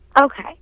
Okay